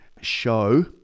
show